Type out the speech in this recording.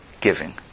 giving